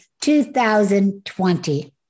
2020